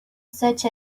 such